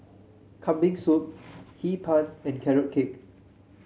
Kambing Soup Hee Pan and Carrot Cake